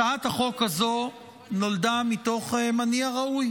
הצעת החוק הזו נולדה מתוך מניע ראוי,